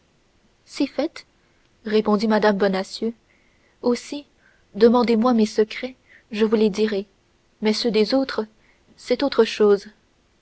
si fait répondit mme bonacieux aussi demandez-moi mes secrets et je vous les dirai mais ceux des autres c'est autre chose